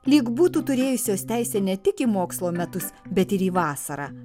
lyg būtų turėjusios teisę ne tik į mokslo metus bet ir į vasarą